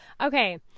Okay